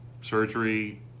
surgery